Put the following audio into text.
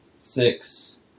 six